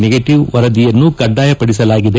negative ವರದಿಯನ್ನು ಕಡ್ಡಾಯಪಡಿಸಲಾಗಿದೆ